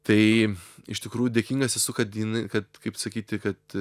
tai iš tikrųjų dėkingas esu kad jin kad kaip sakyti kad